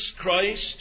Christ